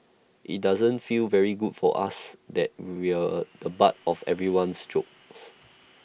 IT doesn't feel very good for us that we're the butt of everyone's jokes